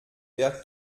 der